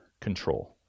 control